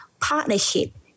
partnership